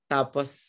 Tapos